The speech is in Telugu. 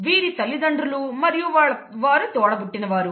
వీరు తల్లిదండ్రులు మరియు వారి తోడ పుట్టిన వారు